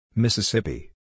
Mississippi